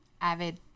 avid